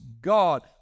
God